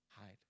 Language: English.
hide